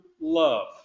love